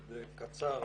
כן, קצר.